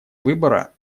выбора